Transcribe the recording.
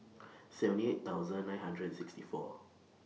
seventy eight thousand nine hundred and sixty four